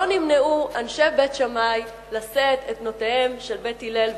שלא נמנעו אנשי בית שמאי לשאת את בנותיהם של בית הלל,